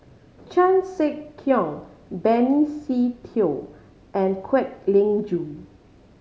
Chan Sek Keong Benny Se Teo and Kwek Leng Joo